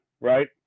right